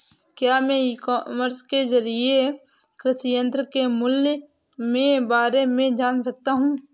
क्या मैं e commerce के ज़रिए कृषि यंत्र के मूल्य में बारे में जान सकता हूँ?